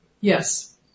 Yes